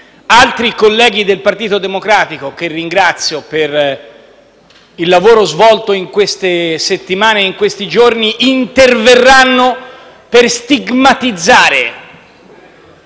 Altri colleghi del Partito Democratico - che ringrazio per il lavoro svolto in queste settimane e in questi giorni - interverranno per stigmatizzare